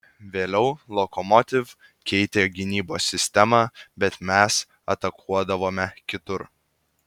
vėliau lokomotiv keitė gynybos sistemą bet mes atakuodavome kitur